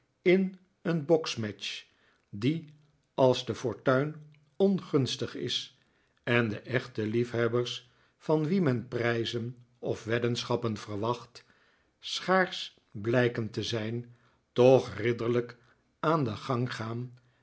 in een boksmatch die als de fortuin ongunstig is en de echte liefhebbers van wie men prijzen of weddenschappen verwacht schaarsch blijken te zijn toch ridderlijk aan den gang gaan